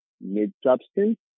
mid-substance